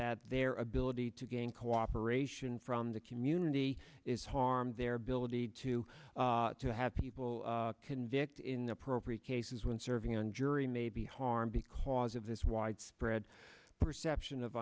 that their ability to gain cooperation from the community is harmed their ability to to have people convicted in the appropriate cases when serving on jury may be harmed because of this widespread perception of